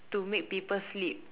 to make people sleep